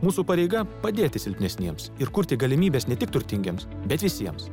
mūsų pareiga padėti silpnesniems ir kurti galimybes ne tik turtingiems bet visiems